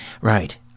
right